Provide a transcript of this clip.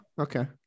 okay